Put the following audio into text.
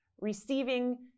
receiving